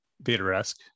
Vader-esque